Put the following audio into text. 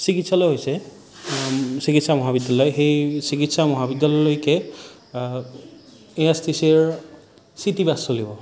চিকিৎসালয় হৈছে চিকিৎসা মহাবিদ্যালয় সেই চিকিৎসা মহাবিদ্যালয়লৈকে এ এচ টি চি ৰ চিটিবাছ চলিব